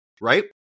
Right